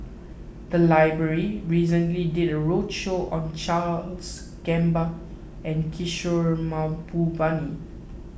the library recently did a roadshow on Charles Gamba and Kishore Mahbubani